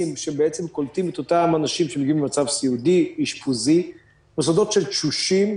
שבעצם קולטים את אותם אנשים שמגיעים במצב סיעודי-אשפוזי; מוסדות של תשושים.